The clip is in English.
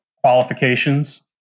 qualifications